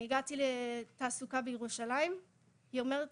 אני הגעתי ללשכת התעסוקה בירושלים ושם היא אומרת